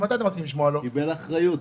מרגע שקיבל אחריות.